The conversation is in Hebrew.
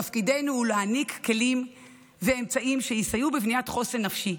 תפקידנו הוא להעניק כלים ואמצעים שיסייעו בבניית חוסן נפשי.